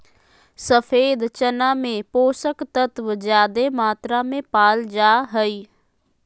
सफ़ेद चना में पोषक तत्व ज्यादे मात्रा में पाल जा हइ